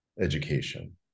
Education